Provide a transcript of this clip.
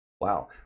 Wow